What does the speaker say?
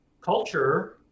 Culture